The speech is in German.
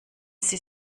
sie